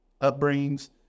upbringings